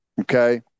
okay